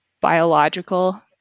biological